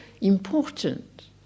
important